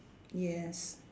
yes